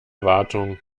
wartung